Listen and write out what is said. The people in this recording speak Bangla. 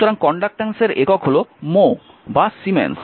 সুতরাং কন্ডাক্ট্যান্সের একক হল মো বা সিমেন্স